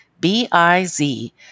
B-I-Z